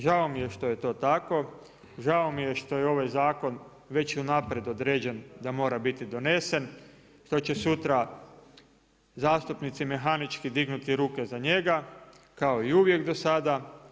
Žao mi je što je to tako, žao mi je što je ovaj zakon već unaprijed određen da mora biti donesen, što će sutra zastupnici mehanički dignuti ruke za njega, kao i uvijek do sada.